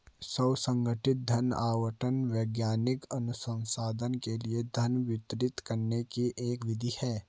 स्व संगठित धन आवंटन वैज्ञानिक अनुसंधान के लिए धन वितरित करने की एक विधि है